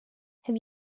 have